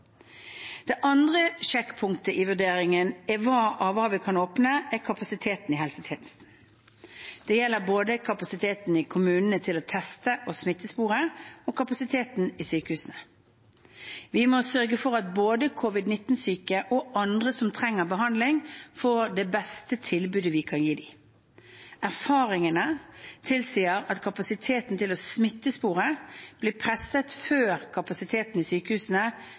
Det andre sjekkpunktet i vurderingen av hva vi kan åpne, er kapasiteten i helsetjenesten. Det gjelder både kapasiteten i kommunene til å teste og smittespore og kapasiteten i sykehusene. Vi må sørge for at både covid-19-syke og andre som trenger behandling, får det beste tilbudet vi kan gi dem. Erfaringene tilsier at kapasiteten til å smittespore blir presset før kapasiteten i sykehusene,